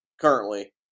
currently